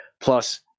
Plus